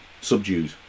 subdued